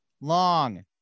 long